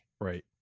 Right